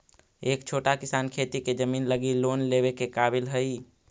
का छोटा किसान खेती के जमीन लगी लोन लेवे के काबिल हई?